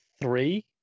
Three